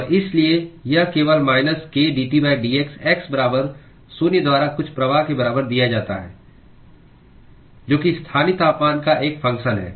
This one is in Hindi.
और इसलिए यह केवल माइनस k dTdx x बराबर शून्य द्वारा कुछ प्रवाह के बराबर दिया जाता है जो कि स्थानीय तापमान का एक फंगक्शन है